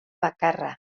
bakarra